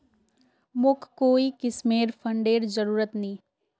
मोक कोई किस्मेर फंडेर जरूरत नी